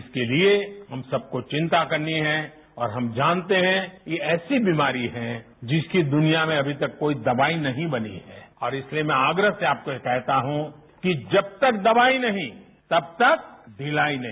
इसके लिए हम सबको चिंता करनी है और हम जानते है कि यह ऐसी बीमारी है जिसकी दुनिया में अभी तक कोई दवाई नहीं बनी है और इसलिए आग्रह से मैं आपको कहता हूं कि जब तक दवाई नहीं तब तक ढिलाई नहीं